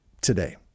today